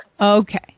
Okay